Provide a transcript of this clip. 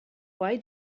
why